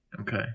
Okay